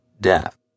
death